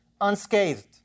unscathed